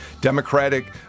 Democratic